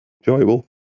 enjoyable